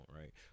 right